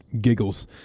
giggles